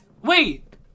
Wait